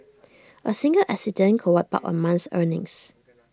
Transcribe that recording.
A single accident could wipe out A month's earnings